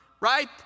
right